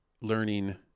learning